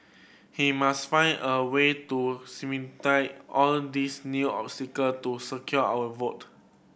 he must find a way to all these new obstacle to secure our vote